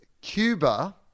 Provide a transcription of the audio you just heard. Cuba